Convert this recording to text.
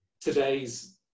today's